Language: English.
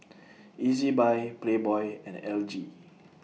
Ezbuy Playboy and L G